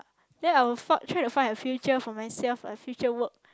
then I'll forge try to find a future for myself a future work